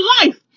life